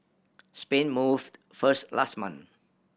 Spain moved first last month